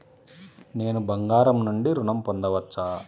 నేను బంగారం నుండి ఋణం పొందవచ్చా?